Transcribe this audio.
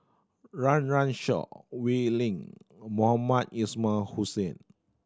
Run Run Shaw Wee Lin and Mohamed Ismail Hussain